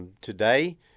today